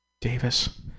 Davis